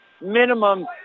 minimum